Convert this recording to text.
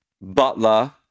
Butler